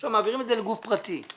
עכשיו מעבירים את זה לגוף פרטי,